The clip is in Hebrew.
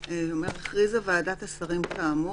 לקרות.